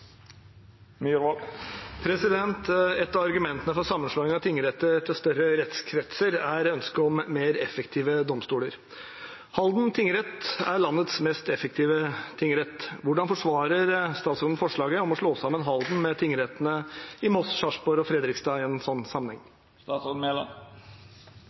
større rettskretser er ønsket om mer effektive domstoler. Halden tingrett er landets mest effektive tingrett. Hvordan forsvarer statsråden forslaget om å slå sammen Halden med tingrettene i Moss, Sarpsborg og Fredrikstad i en